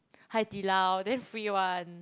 Hai-Di-Lao then free [one]